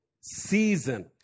season